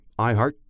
iHeart